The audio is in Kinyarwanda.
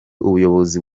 ubuyobozi